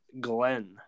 Glenn